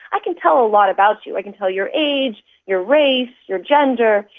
i can tell a lot about you, i can tell your age, your race, your gender,